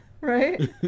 right